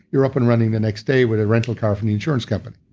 you're up and running the next day with a rental car from the insurance company